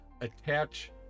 attach